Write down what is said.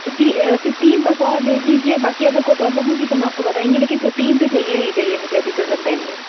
जी fifteen बस और भेज दीजिए बाकी अगर कोई प्रॉब्लम होगी तो हम आपको बताएंगे लेकिन फिफ्टीन तो चाहिए ही चाहिए मुझे अभी पर्जेंट टाइम में